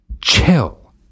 chill